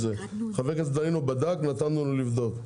חבר הכנסת דנינו בדק, נתנו לו לבדוק.